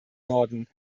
norden